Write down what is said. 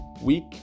week